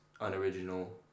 unoriginal